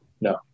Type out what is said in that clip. No